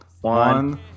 One